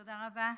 תודה רבה.